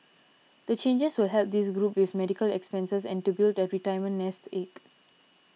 the changes will help this group with medical expenses and to build a retirement nest egg